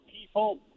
people